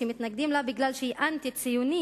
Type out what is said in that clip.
שמתנגדים לה כי היא אנטי-ציונית,